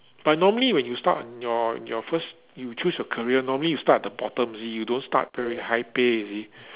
but normally when you start on your on your first you choose your career normally you start at the bottom you see you don't start very high pay you see